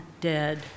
dead